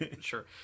sure